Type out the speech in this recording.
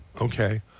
Okay